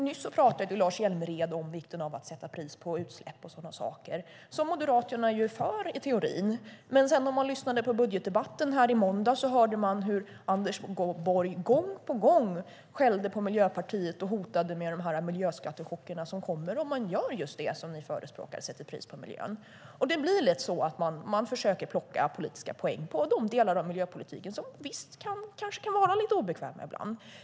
Nyss pratade Lars Hjälmered om vikten av att sätta pris på utsläpp och sådana saker, som Moderaterna är för i teorin. Men om man lyssnade på budgetdebatten i måndags hörde man hur Anders Borg gång på gång skällde på Miljöpartiet och hotade med de miljöskattechocker som kommer om man gör just det som ni förespråkar: sätter pris på miljön. Det blir lätt så att man försöker plocka politiska poäng på de delar av miljöpolitiken som kanske kan vara lite obekväma ibland.